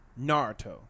Naruto